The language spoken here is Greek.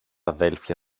αδέλφια